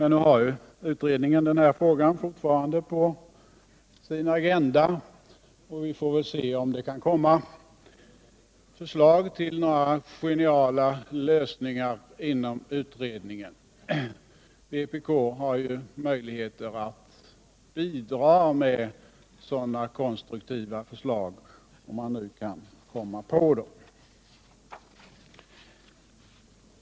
Nu har utredningen fortfarande den här frågan på sin agenda, och vi får väl se om den kan komma med några geniala förslag till lösningar. Vpk har ju möjlighet att bidra med konstruktiva förslag, om man nu kan komma på sådana.